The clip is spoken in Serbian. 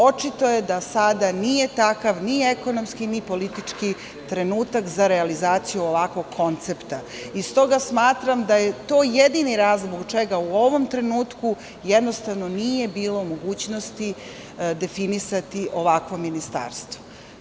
Očito je da sada nije takav ni ekonomski, ni politički trenutak za realizaciju ovakvog koncepta i stoga smatram da je to jedini razlog zbog čega u ovom trenutku jednostavno nije bilo mogućnosti definisati ovakvo ministarstvo.